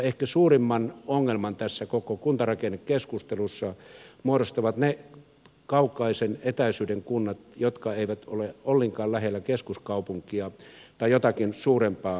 ehkä suurimman ongelman tässä koko kuntarakennekeskustelussa muodostavat ne suurten etäisyyksien kunnat jotka eivät ole ollenkaan lähellä keskuskaupunkia tai jotakin suurempaa kokonaisuutta